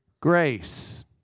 grace